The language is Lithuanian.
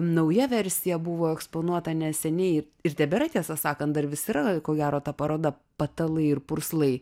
nauja versija buvo eksponuota neseniai ir tebėra tiesą sakant dar vis yra ko gero ta paroda patalai ir purslai